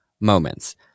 moments